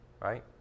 right